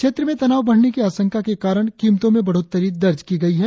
क्षेत्र में तनाव बढ़ने की आशंका के कारण कीमतों में बढ़ोत्तरी दर्ज की गई है